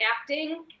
acting